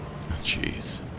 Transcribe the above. Jeez